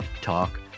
talk